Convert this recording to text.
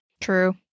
True